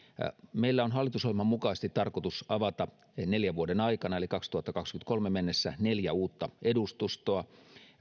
meillä on hallitusohjelman mukaisesti tarkoitus avata neljän vuoden aikana eli vuoteen kaksituhattakaksikymmentäkolme mennessä neljä uutta edustustoa